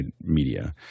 Media